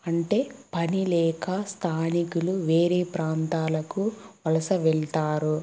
అంటే పని లేక స్థానికులు వేరే ప్రాంతాలకు వలస వెళ్తారు